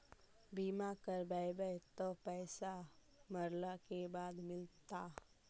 बिमा करैबैय त पैसा मरला के बाद मिलता?